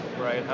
right